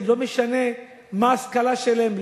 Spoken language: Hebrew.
לא משנה מה ההשכלה שלהם,